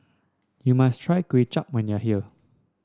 you must try Kuay Chap when you are here